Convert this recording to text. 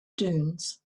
dunes